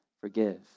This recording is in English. forgive